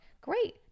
Great